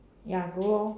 ya go loh